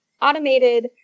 automated